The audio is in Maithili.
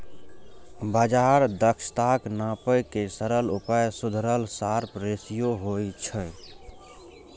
बाजार दक्षताक नापै के सरल उपाय सुधरल शार्प रेसियो होइ छै